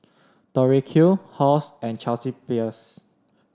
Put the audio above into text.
Tori Q Halls and Chelsea Peers